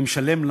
אני משלם,